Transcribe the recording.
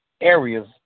areas